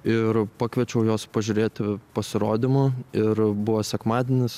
ir pakviečiau juos pažiūrėti pasirodymo ir buvo sekmadienis